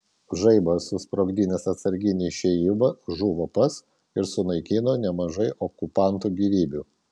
žaibas susprogdinęs atsarginį išėjimą žuvo pats ir sunaikino nemažai okupantų gyvybių